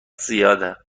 زیاده